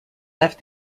left